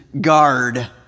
guard